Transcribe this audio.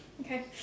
Okay